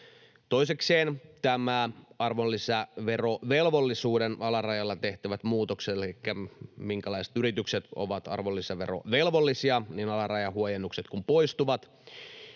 Toisekseen ovat nämä arvonlisäverovelvollisuuden alarajalla tehtävät muutokset, elikkä se, minkälaiset yritykset ovat arvonlisäverovelvollisia: Alarajahuojennukset kun poistuvat